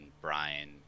Brian